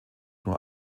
nur